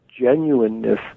genuineness